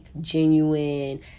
genuine